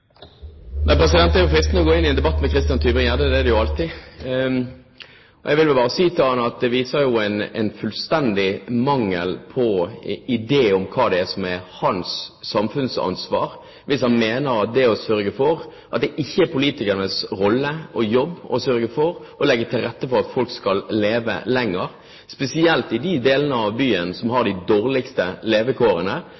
det jo alltid. Jeg vil bare si til ham at det viser en fullstendig mangel på idé om hva hans samfunnsansvar er, hvis han mener at det ikke er politikernes jobb å sørge for å legge til rette for at folk skal leve lenger, spesielt i de delene av byen som